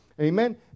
Amen